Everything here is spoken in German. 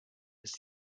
ist